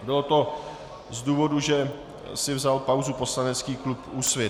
Bylo to z důvodu, že si vzal pauzu poslanecký klub Úsvit.